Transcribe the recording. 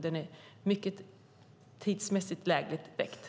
Den är tidsmässigt mycket lägligt ställd.